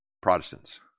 Protestants